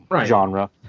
genre